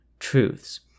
Truths